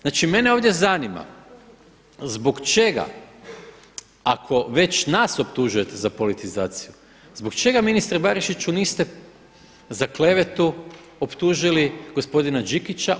Znači mene ovdje zanima zbog čega ako već nas optužujete za politizaciju zbog čega ministre Barišiću niste za klevetu optužili gospodina Đikića?